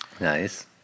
nice